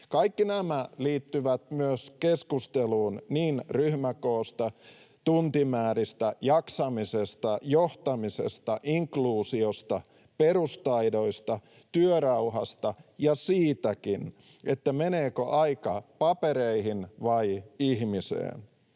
Kaikki nämä liittyvät myös keskusteluun ryhmäkoosta, tuntimääristä, jaksamisesta, johtamisesta, inkluusiosta, perustaidoista, työrauhasta ja siitäkin, meneekö aika papereihin vai ihmiseen.